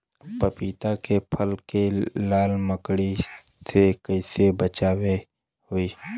पपीता के फल के लाल मकड़ी से कइसे बचाव होखि?